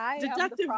deductive